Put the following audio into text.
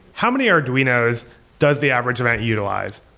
how many arduinos does the average event utilize?